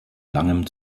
langem